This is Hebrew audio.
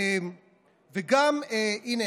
הינה,